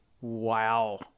wow